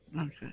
Okay